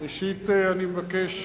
ראשית אני מבקש